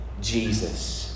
Jesus